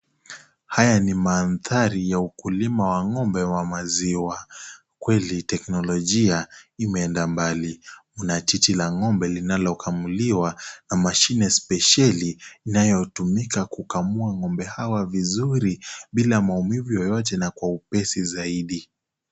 Haya ni mandhari ya ukulima wa Ng'ombe wa maziwa, kweli teknolojia imeenda mbali, Kuna chichi la Ng'ombe linalokamuliwa na mashine spesheli inayotumika kukamua Ng'ombe Hawa vizuri bila maumivu yoyote na kwa upesi zaidi.